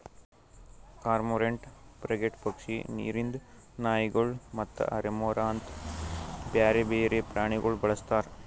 cormorant, frigate ಪಕ್ಷಿ, ನೀರಿಂದ್ ನಾಯಿಗೊಳ್ ಮತ್ತ ರೆಮೊರಾ ಅಂತ್ ಬ್ಯಾರೆ ಬೇರೆ ಪ್ರಾಣಿಗೊಳ್ ಬಳಸ್ತಾರ್